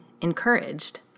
encouraged